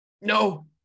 No